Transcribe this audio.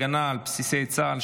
הגנה על בסיסי צה"ל,